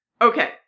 okay